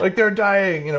like they're dying, you know